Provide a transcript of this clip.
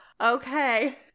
okay